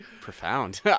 profound